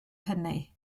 hynny